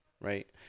right